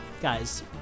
guys